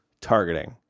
targeting